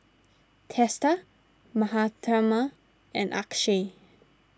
Teesta Mahatma and Akshay